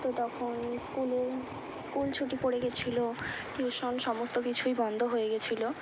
তো তখন স্কুলে স্কুল ছুটি পড়ে গিয়েছিল টিউশন সমস্ত কিছুই বন্ধ হয়ে গিয়েছিল